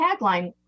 tagline